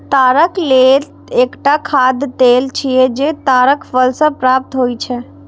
ताड़क तेल एकटा खाद्य तेल छियै, जे ताड़क फल सं प्राप्त होइ छै